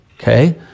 okay